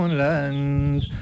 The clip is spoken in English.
land